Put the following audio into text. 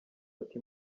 ati